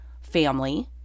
family